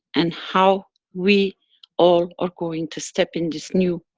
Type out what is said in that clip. and how we all are going to step in this new